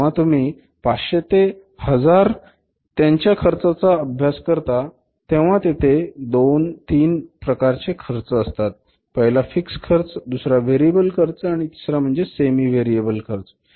पण जेव्हा तुम्ही पाचशे ते हजार त्यांच्या खर्चाचा अभ्यास करतात तेव्हा तिथे दोन तीन प्रकारचे खर्च असतात पहिला फिक्स खर्च दुसरा व्हेरिएबल खर्च आणि तिसरा खर्च म्हणजे सेमी व्हेरिएबल खर्च